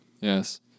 Yes